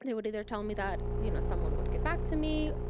and would either tell me that, you know, someone would get back to me.